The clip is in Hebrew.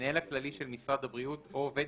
המנהל הכללי של משרד הבריאות או עובד